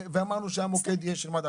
ואמרנו שהמוקד יהיה של מד"א.